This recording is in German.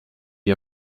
die